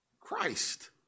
Christ